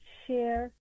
share